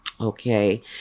okay